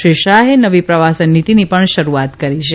શ્રી શાહે નવી પ્રવાસન નીતીની પણ શરૂઆત કરી છે